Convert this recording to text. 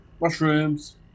Mushrooms